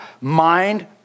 mind